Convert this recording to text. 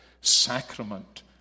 sacrament